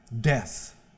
death